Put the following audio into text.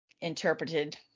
interpreted